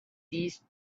these